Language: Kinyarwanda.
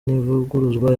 ntivuguruzwa